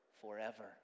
forever